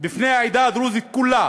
בפני העדה הדרוזית כולה